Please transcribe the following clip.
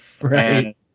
Right